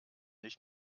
nicht